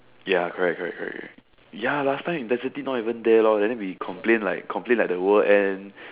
ya correct correct correct correct ya last time intensity not even there lor and then we complain like complain like the world end